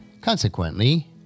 Consequently